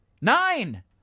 Nine